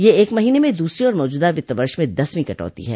यह एक महीने में दूसरी और मौजूदा वित्त वर्ष में दसवीं कटौती है